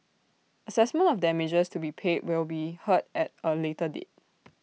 Assessment of damages to be paid will be heard at A later date